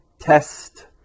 test